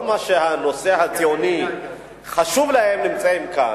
כל מי שהנושא הציוני חשוב להם נמצאים כאן: